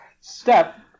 step